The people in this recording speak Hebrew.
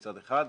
מצד אחד,